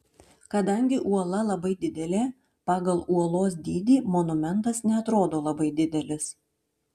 kadangi uola labai didelė pagal uolos dydį monumentas neatrodo labai didelis